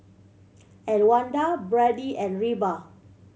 Elwanda Brady and Reba